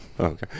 Okay